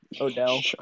Odell